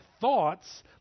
thoughts